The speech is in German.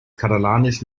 katalanisch